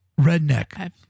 redneck